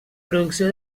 producció